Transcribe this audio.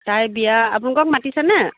তাইৰ বিয়া আপোনালোকক মাতিছে নে